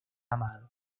amado